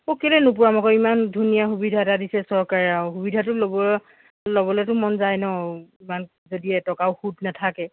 অ' কেলৈ নূপূৰাম আকৌ ইমান ধুনীয়া সুবিধা এটা দিছে চৰকাৰে আৰু সুবিধাটো ল'ব ল'বলৈতো মন যায় ন ইমান যদি এটকাও সুত নেথাকে